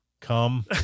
come